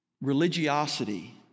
religiosity